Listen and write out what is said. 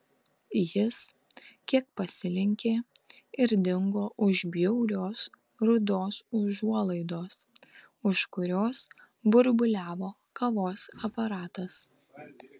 jis kiek pasilenkė ir dingo už bjaurios rudos užuolaidos už kurios burbuliavo kavos aparatas